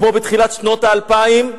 כמו בתחילת שנות האלפיים,